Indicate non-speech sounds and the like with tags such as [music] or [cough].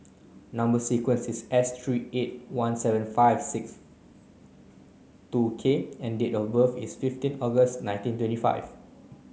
number sequence is S three eight one seven five six [noise] two K and date of birth is fifteen August nineteen twenty five